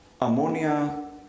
Ammonia